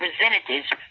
representatives